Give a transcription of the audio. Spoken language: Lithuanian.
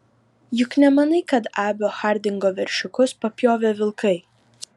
juk nemanai kad abio hardingo veršiukus papjovė vilkai